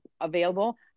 available